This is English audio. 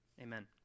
Amen